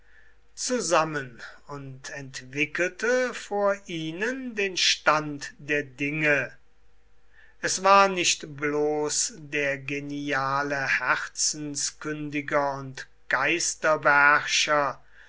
zusammen und entwickelte vor ihnen den stand der dinge es war nicht bloß der geniale herzenskündiger und